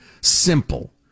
simple